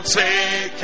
take